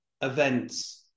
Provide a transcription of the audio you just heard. events